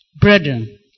Brethren